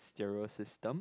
stereo system